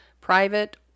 private